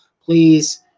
Please